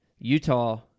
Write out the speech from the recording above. Utah